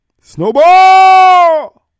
Snowball